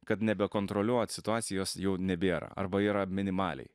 kad nebekontroliuot situacijos jau nebėra arba yra minimaliai